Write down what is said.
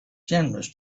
generous